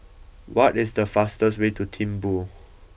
what is the fastest way to Thimphu